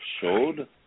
showed